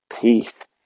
Peace